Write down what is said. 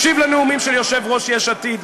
מקשיב לנאומים של יושב-ראש יש עתיד,